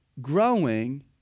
growing